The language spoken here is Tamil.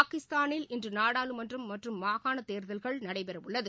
பாகிஸ்தானில் இன்று நாடாளுமன்ற மற்றும் மாகாணத் தேர்தல்கள் நடைபெற உள்ளது